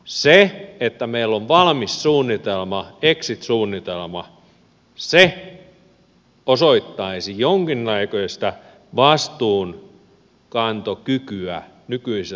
se että meillä on valmis suunnitelma exit suunnitelma osoittaisi jonkinnäköistä vastuunkantokykyä nykyiseltä hallitukselta